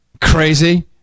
Crazy